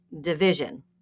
Division